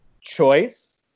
choice